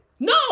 No